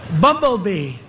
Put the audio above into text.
Bumblebee